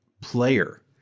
player